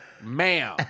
ma'am